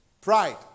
Pride